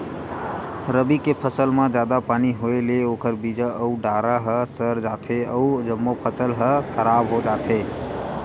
रबी के फसल म जादा पानी होए ले ओखर बीजा अउ डारा ह सर जाथे अउ जम्मो फसल ह खराब हो जाथे